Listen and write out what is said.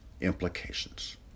implications